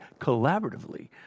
collaboratively